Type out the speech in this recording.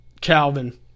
Calvin